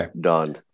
done